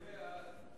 צו הבלו על דלק (הטלת בלו) (תיקון מס' 2),